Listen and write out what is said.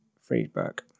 Friedberg